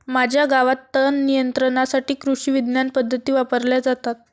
माझ्या गावात तणनियंत्रणासाठी कृषिविज्ञान पद्धती वापरल्या जातात